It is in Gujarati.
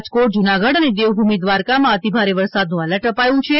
રાજકોટ જુનાગઢ અને દેવભૂમિ દ્વારકામાં અતિ ભારે વરસાદનું એલર્ટ અપાયું છે